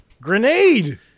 grenade